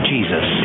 Jesus